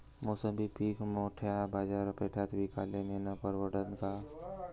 मोसंबी पीक मोठ्या बाजारपेठेत विकाले नेनं परवडन का?